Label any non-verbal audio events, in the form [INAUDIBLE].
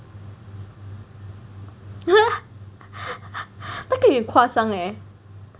[LAUGHS] 那个很夸张:kua zhang leh